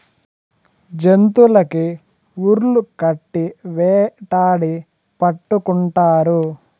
జంతులకి ఉర్లు కట్టి వేటాడి పట్టుకుంటారు